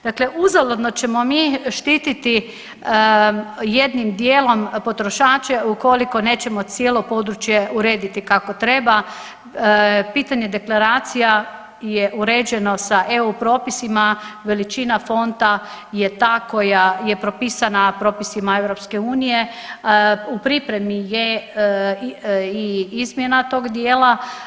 Dakle uzaludno ćemo mi štititi jednim dijelom potrošače ukoliko nećemo cijelo područje urediti kako treba, pitanje deklaracija je uređeno sa EU propisima, veličina fonta je ta koja je propisana propisima EU, u pripremi je i izmjena tog dijela.